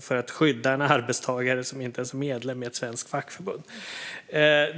för att skydda en arbetstagare som inte ens är medlem i ett svenskt fackförbund.